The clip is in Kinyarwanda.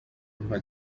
nka